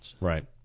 Right